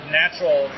natural